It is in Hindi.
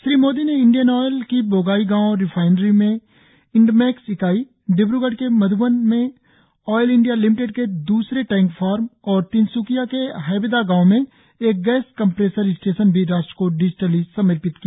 श्री मोदी ने इंडियन ऑयल की बोंगई गांव रिफाइनरी में इन्डमेक्स इकाई डिब्रगढ के मध्यबन में ऑयल इंडिया लिमिटेड के द्रसरे टैंक फार्म और तिनसुखिया के हेबेदा गांव में एक गैस कम्प्रेसर स्टेशन भी राष्ट्र को डिजिटली समर्पित किया